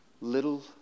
little